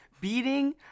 beating